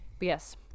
Yes